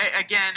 again